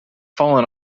fallen